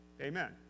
Amen